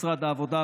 משרד העבודה,